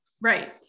Right